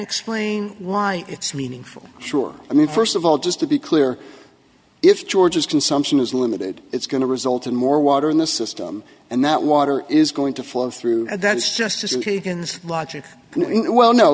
explain why it's meaningful sure i mean first of all just to be clear if george's consumption is limited it's going to result in more water in the system and that water is going to flow through and that is justice and logic well no